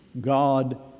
God